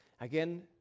Again